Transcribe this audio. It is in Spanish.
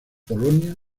polonia